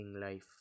life